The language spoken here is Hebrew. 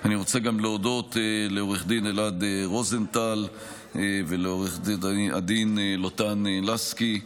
אני רוצה גם להודות לעו"ד אלעד רוזנטל ולעו"ד לוטן לסקי,